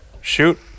shoot